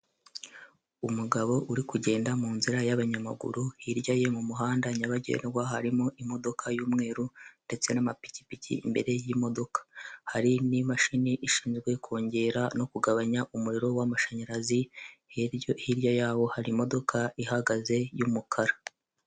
Umugabo uri kugenda mu nzira y'abanyamaguru, hirya ye mu muhanda nyabagendwa harimo imodoka y'umweru ndetse n'amapikipiki imbere y'imodoka. Hari n'imashini ishinzwe kongera no kugabanya umuriro w'amashanyarazi, hirya yaho hari imodoka ihagaze y'umukara.